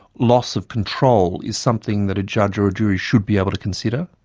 loss of control is something that a judge or a jury should be able to consider?